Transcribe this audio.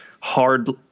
hard